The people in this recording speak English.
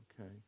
Okay